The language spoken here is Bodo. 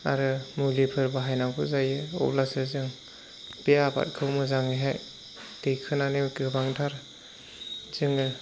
आरो मुलिफोर बाहायनांगौ जायो अब्लासो जों बे आबादखौ मोजाङैहाय दैखोनानै गोबांथार जोङो